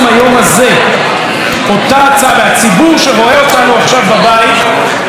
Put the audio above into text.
והציבור שרואה אותנו עכשיו בבית צריך לדעת את הדברים,